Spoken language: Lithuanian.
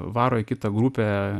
varo į kitą grupę